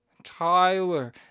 Tyler